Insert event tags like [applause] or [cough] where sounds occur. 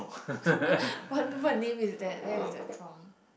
[laughs] what what name is that where is that from